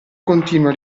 continua